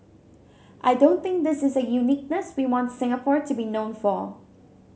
I don't think this is a uniqueness we want Singapore to be known for